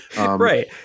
Right